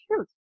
shoot